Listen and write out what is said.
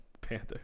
Panther